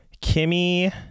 Kimmy